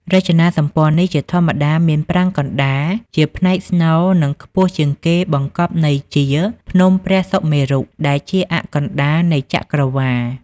រចនាសម្ព័ន្ធនេះជាធម្មតាមានប្រាង្គកណ្តាល ជាផ្នែកស្នូលនិងខ្ពស់ជាងគេបង្កប់ន័យជា ភ្នំព្រះសុមេរុ ដែលជាអ័ក្សកណ្តាលនៃចក្រវាឡ។